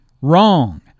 Wrong